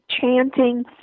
chanting